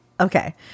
okay